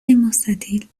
مستطیل